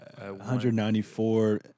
194